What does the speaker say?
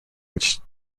which